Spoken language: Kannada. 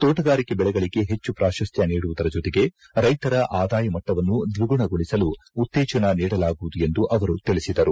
ಶೋಟಗಾರಿಕೆ ಬೆಳೆಗಳಿಗೆ ಹೆಚ್ಚು ಪ್ರಾಶಸ್ತ್ಯ ನೀಡುವುದರ ಜೊತೆಗೆ ರೈತರ ಆದಾಯ ಮಟ್ಟವನ್ನು ದ್ವಿಗುಣಗೊಳಿಸಲು ಉತ್ತೇಜನ ನೀಡಲಾಗುವುದು ಎಂದು ಅವರು ತಿಳಿಸಿದರು